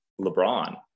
LeBron